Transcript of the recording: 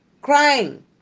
Crying